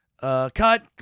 cut